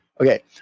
Okay